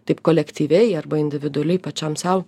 taip kolektyviai arba individualiai pačiam sau